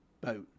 boat